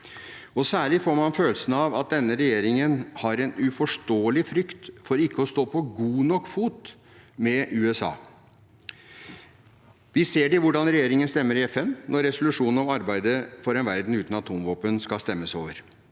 Særlig får man følelsen av at denne regjeringen har en uforståelig frykt for ikke å stå på god nok fot med USA. Vi ser det i hvordan regjeringen stemmer i FN når resolusjonene om arbeidet for en verden uten atomvåpen skal stemmes over,